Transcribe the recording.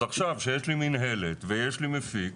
אז עכשיו כשיש לי מינהלת ויש לי מפיק,